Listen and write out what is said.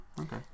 okay